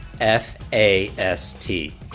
F-A-S-T